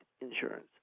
insurance